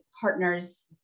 partners